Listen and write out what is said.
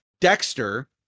Dexter